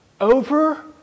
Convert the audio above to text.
Over